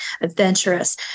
adventurous